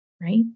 right